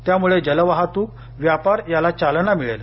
यामुळे जलवाहतूक व्यापार याला चालना मिळेल